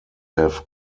have